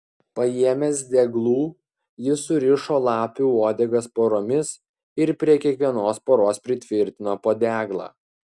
paėmęs deglų jis surišo lapių uodegas poromis ir prie kiekvienos poros pritvirtino po deglą